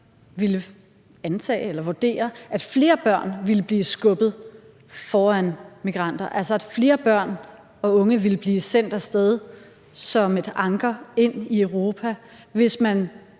ville antage eller vurdere, at flere børn ville blive skubbet foran migranter, altså at flere børn og unge ville blive sendt af sted som et anker ind i Europa, hvis man